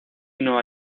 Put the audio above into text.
nueva